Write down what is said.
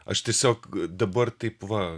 aš tiesiog dabar taip va